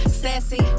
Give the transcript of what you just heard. sassy